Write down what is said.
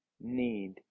need